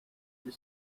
the